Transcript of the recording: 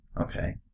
okay